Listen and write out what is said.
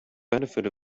benefit